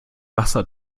wasser